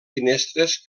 finestres